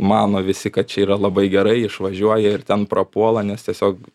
mano visi kad čia yra labai gerai išvažiuoja ir ten prapuola nes tiesiog